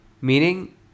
Meaning